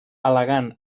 al·legant